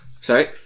Sorry